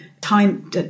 time